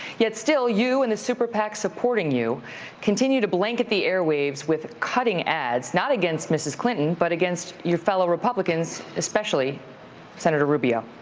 yet still you and the super pacs supporting you continue to blanket the airwaves with cutting ads, not against mrs. clinton, but against your fellow republicans, especially senator rubio.